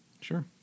Sure